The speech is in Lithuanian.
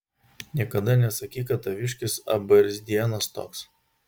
niekada nesakyk kad taviškis abarzdienas toks